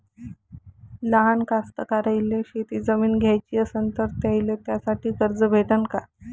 लहान कास्तकाराइले शेतजमीन घ्याची असन तर त्याईले त्यासाठी कर्ज भेटते का?